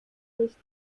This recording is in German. nicht